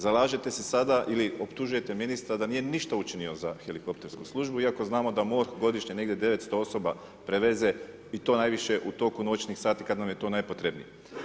Zalažete se sada ili optužujete ministra da nije ništa učinio za helikoptersku službu iako znamo da MORH godišnje negdje 900 osoba preveze i to najviše u toku noćnih sati kada nam je to najpotrebnije.